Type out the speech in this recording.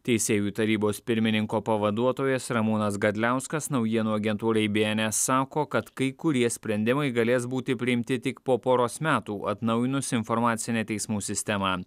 teisėjų tarybos pirmininko pavaduotojas ramūnas gadliauskas naujienų agentūrai bns sako kad kai kurie sprendimai galės būti priimti tik po poros metų atnaujinus informacinę teismų sistemą